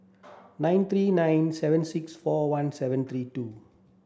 nine three nine seven six four one seven three two